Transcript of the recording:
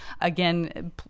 Again